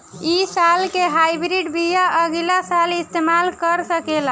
इ साल के हाइब्रिड बीया अगिला साल इस्तेमाल कर सकेला?